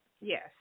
Yes